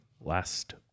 last